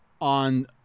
on